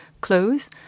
clothes